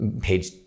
Page